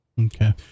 Okay